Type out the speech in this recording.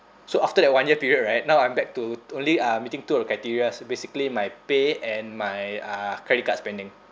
so after that one year period right now I'm back to only uh meeting two of the criteria basically my pay and my uh credit card spending